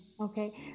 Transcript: okay